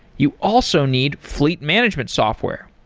you also need fleet management software,